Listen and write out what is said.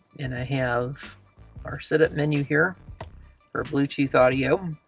and i have our set up menu here for bluetooth audio.